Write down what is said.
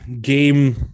game